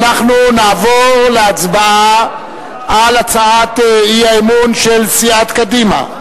אנחנו נעבור להצבעה על הצעת האי-אמון של סיעת קדימה.